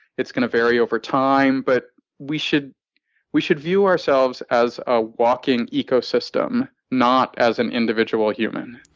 it's gonna vary over time. but we should we should view ourselves as a walking ecosystem, not as an individual human.